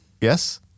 yes